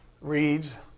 reads